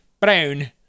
Brown